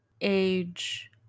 age